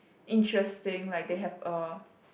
interesting like they have a